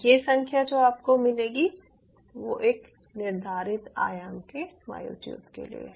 यह संख्या जो आपको मिलेगी वो एक निर्धारित आयाम के मायोट्यूब के लिए है